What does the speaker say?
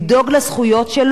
כל אחד ואחד מהם.